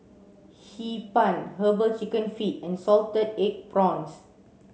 Hee Pan herbal chicken feet and salted egg prawns